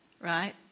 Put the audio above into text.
right